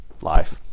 life